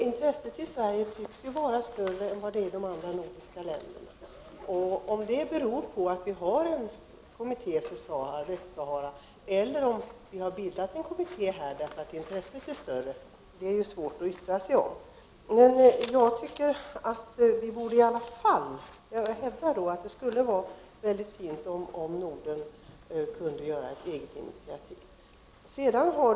Intresset i Sverige tycks ju vara större än i andra nordiska länder. Om det beror på att vi här har en kommitté för Västsahara eller på att vi här har bildat en kommitté, därför att intresset är större, är svårt att yttra sig om. Men jag hävdar att det i alla fall skulle vara mycket fint om Norden kunde ta ett eget initiativ vad gäller denna fråga.